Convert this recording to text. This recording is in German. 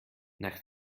nach